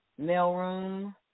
mailroom